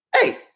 hey